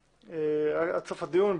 עד סוף הדיון,